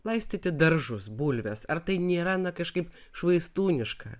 laistyti daržus bulves ar tai nėra na kažkaip švaistūniška